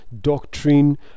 doctrine